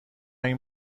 این